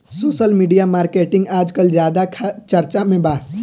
social media marketing आजकल ज्यादा चर्चा में बा